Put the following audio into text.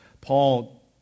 Paul